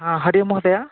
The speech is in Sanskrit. हरि ओम् महोदय